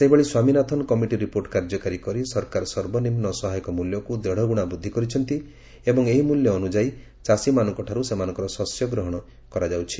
ସେହିଭଳି Swaminathan committee report କାର୍ଯ୍ୟକାରୀ କରି ସରକାର ସର୍ବନିମ୍ନ ସହାୟକ ମୂଲ୍ୟକୁ ଦେଢ଼ଗୁଣା ବୃଦ୍ଧି କରିଛନ୍ତି ଏବଂ ଏହି ମୂଲ୍ୟ ଅନୁଯାୟୀ ଚାଷୀମାନଙ୍କଠାରୁ ସେମାନଙ୍କର ଶସ୍ୟ ଗ୍ରହଣ କରାଯାଉଛି